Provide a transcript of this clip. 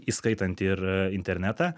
įskaitant ir internetą